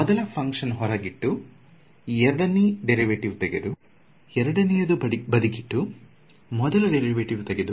ಮೊದಲ ಫ್ಹಂಕ್ಷನ್ ಹೊರಗಿಟ್ಟು ಎರಡನೆಯದರ ಡೇರಿವೆಟಿವ್ ತೆಗೆದು ಎರಡನೆಯದು ಬದಿಗಿಟ್ಟು ಮೊದಲ ಡೇರಿವೆಟಿವ್ ತಗೆದು